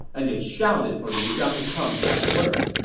and they shouted for liu zhang to come have a word.